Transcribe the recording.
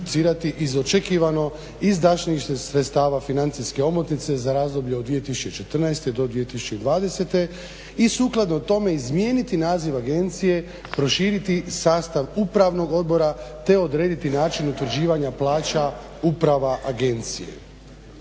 iz očekivano izdašnijih sredstava financijske omotnice za razdoblje od 2014. do 2020. i sukladno tome izmijeniti naziv agencije, proširiti sastav upravnog odbora te odrediti način utvrđivanja plaća uprava agencije.